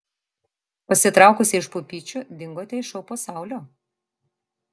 pasitraukusi iš pupyčių dingote iš šou pasaulio